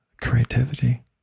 creativity